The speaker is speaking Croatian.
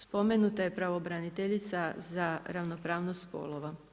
Spomenuta je pravobraniteljica za ravnopravnost spolova.